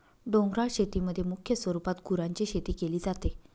डोंगराळ शेतीमध्ये मुख्य स्वरूपात गुरांची शेती केली जाते